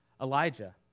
Elijah